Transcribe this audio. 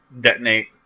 Detonate